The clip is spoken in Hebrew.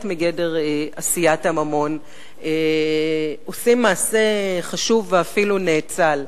מגדר עשיית הממון עושים מעשה חשוב ואפילו נאצל.